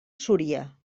súria